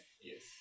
Yes